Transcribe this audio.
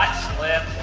slipped.